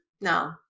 no